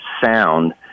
sound